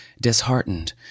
disheartened